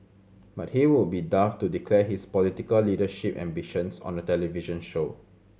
but he would be daft to declare his political leadership ambitions on a television show